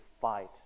fight